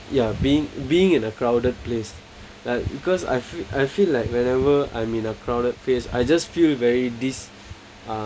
ya being being in a crowded place like because I fee~ I feel like whenever I'm in a crowded place I just feel very this uh